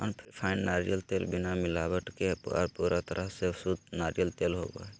unrefined नारियल तेल बिना मिलावट के आर पूरा तरह से शुद्ध नारियल तेल होवो हय